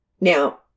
Now